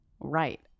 Right